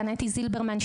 אתי זילברמן,